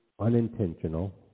unintentional